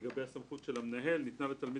לגבי הסמכות של המנהל: "ניתנה לתלמיד